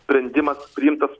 sprendimas priimtas